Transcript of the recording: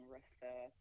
refer